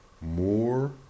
more